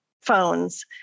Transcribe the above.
phones